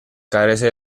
carece